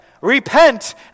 Repent